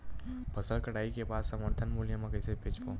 फसल कटाई के बाद समर्थन मूल्य मा कइसे बेचबो?